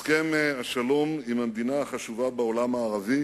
הסכם השלום עם המדינה החשובה בעולם הערבי